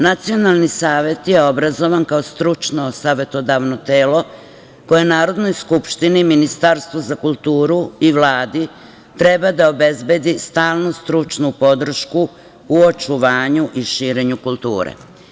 Nacionalni savet je obrazovan kao stručno savetodavno telo koje Narodnoj skupštini, Ministarstvu za kulturu i Vladi treba da obezbedi stalnu stručnu podršku u očuvanju i širenju kulture.